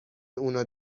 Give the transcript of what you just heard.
اونو